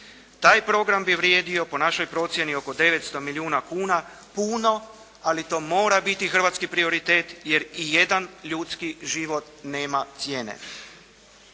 Taj program bi vrijedio po našoj procijeni oko 900 milijuna kuna. Puno, ali to mora biti hrvatski prioritet jer ijedan ljudski život nema cijene.